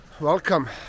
Welcome